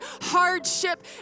hardship